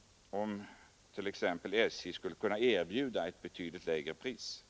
för att använda lastbilen som transportmedel om SJ kunde erbjuda ett betydligt lägre pris.